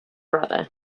brother